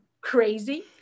crazy